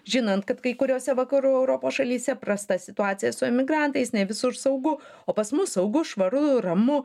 žinant kad kai kuriose vakarų europos šalyse prasta situacija su emigrantais ne visur saugu o pas mus saugu švaru ramu